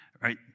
right